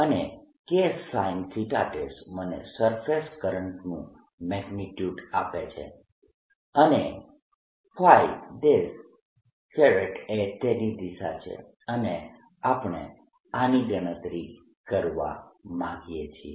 અને Ksin મને surface કરંટનું મેગ્નીટ્યૂડ આપે છે અને એ તેની દિશા છે અને આપણે આની ગણતરી કરવા માંગીએ છીએ